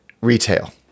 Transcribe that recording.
retail